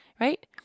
Right